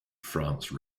france